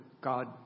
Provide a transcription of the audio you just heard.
God